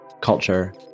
culture